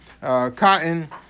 cotton